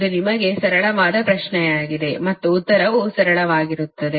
ಇದು ನಿಮಗೆ ಸರಳವಾದ ಪ್ರಶ್ನೆಯಾಗಿದೆ ಮತ್ತು ಉತ್ತರವೂ ಸರಳವಾಗಿರುತ್ತದೆ